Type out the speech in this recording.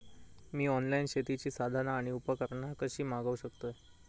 मी online शेतीची साधना आणि उपकरणा कशी मागव शकतय?